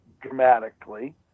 dramatically